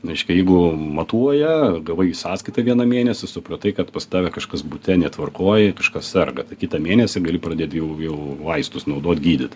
reiškia jeigu matuoja gavai sąskaitą vieną mėnesį supratai kad pas tave kažkas bute netvarkoj kažkas serga tai kitą mėnesį gali pradėt jau jau vaistus naudot gydyt